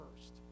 first